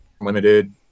Limited